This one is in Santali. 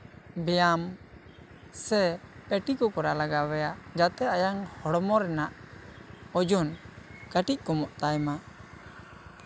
ᱵᱮᱭᱟᱢ ᱥᱮ ᱯᱮᱴᱤ ᱠᱚ ᱠᱚᱨᱟᱣ ᱞᱟᱜᱟᱣ ᱮᱭᱟ ᱡᱟᱛᱮ ᱟᱭᱟᱜ ᱦᱚᱲᱢᱚ ᱨᱮᱱᱟᱜ ᱳᱡᱚᱱ ᱠᱟᱹᱴᱤᱡ ᱠᱚᱢᱚᱜ ᱛᱟᱭ ᱢᱟ